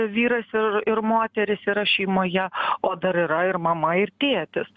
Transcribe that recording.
vyras ir ir moteris yra šeimoje o dar yra ir mama ir tėtis